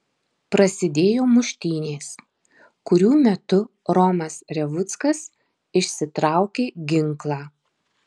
prasidėjo muštynės kurių metu romas revuckas išsitraukė ginklą